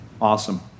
Awesome